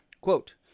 Quote